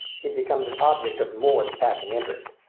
he becomes an object of more than passing interest.